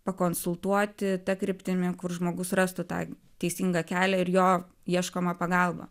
pakonsultuoti ta kryptimi kur žmogus rastų tą teisingą kelią ir jo ieškomą pagalbą